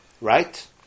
Right